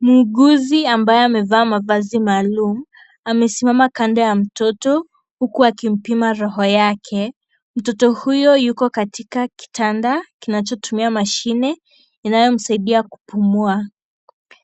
Muuguzi ambaye amevaa mavazi maalum amesimama kando ya mtoto huku akimpima roho yake. Mtoto huyo yuko katika kitanda kinachotumia mashine inayomsaidia kupumua.